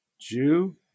Jew